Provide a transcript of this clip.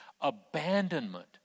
abandonment